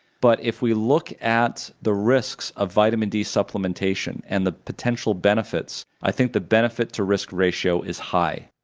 but if we look at the risks of vitamin d supplementation and the potential benefits, i think the benefit-to-risk ratio is high.